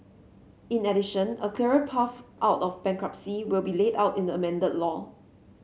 in addition a clearer path out of bankruptcy will be laid out in the amended law